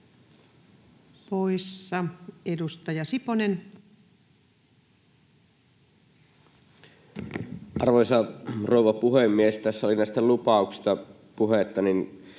poissa. — Edustaja Siponen. Arvoisa rouva puhemies! Kun tässä oli näistä lupauksista puhetta,